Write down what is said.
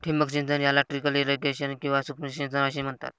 ठिबक सिंचन याला ट्रिकल इरिगेशन किंवा सूक्ष्म सिंचन असेही म्हणतात